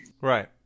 Right